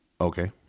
Okay